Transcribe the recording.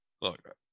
Look